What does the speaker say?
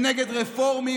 הם נגד רפורמים,